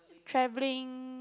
travelling